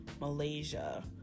Malaysia